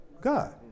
God